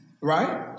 right